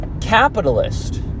capitalist